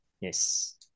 yes